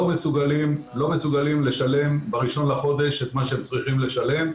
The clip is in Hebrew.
מסוגלים לשלם בראשון לחודש את מה שהם צריכים לשלם.